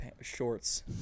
shorts